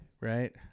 right